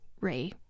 Ray-